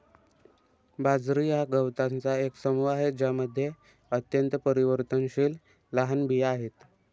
बाजरी हा गवतांचा एक समूह आहे ज्यामध्ये अत्यंत परिवर्तनशील लहान बिया आहेत